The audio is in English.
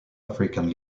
african